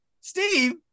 Steve